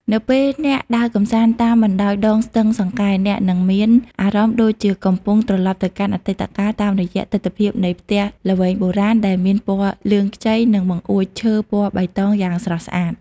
នៅពេលអ្នកដើរកម្សាន្តតាមបណ្តោយដងស្ទឹងសង្កែ អ្នកនឹងមានអារម្មណ៍ដូចជាកំពុងត្រលប់ទៅកាន់អតីតកាល តាមរយៈទិដ្ឋភាពនៃផ្ទះល្វែងបុរាណដែលមានពណ៌លឿងខ្ចី និងបង្អួចឈើពណ៌បៃតងយ៉ាងស្រស់ស្អាត។